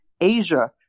Asia